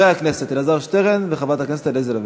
הצעה של חבר הכנסת אלעזר שטרן וחברת הכנסת עליזה לביא.